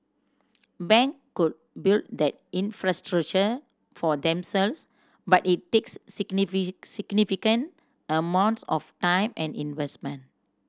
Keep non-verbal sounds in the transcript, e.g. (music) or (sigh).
bank could build that infrastructure for themselves but it takes (unintelligible) significant amounts of time and investment